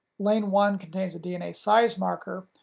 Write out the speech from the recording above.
lane one contains a dna size marker,